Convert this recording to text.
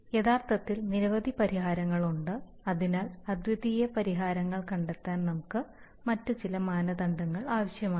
യഥാർത്ഥത്തിൽ നിരവധി പരിഹാരങ്ങളുണ്ട് അതിനാൽ അദ്വിതീയ പരിഹാരങ്ങൾ കണ്ടെത്താൻ നമുക്ക് മറ്റ് ചില മാനദണ്ഡങ്ങൾ ആവശ്യമാണ്